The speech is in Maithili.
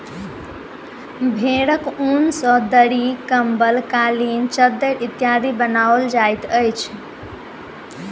भेंड़क ऊन सॅ दरी, कम्बल, कालीन, चद्दैर इत्यादि बनाओल जाइत अछि